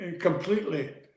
completely